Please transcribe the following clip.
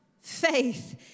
faith